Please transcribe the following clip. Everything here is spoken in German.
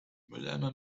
mülleimer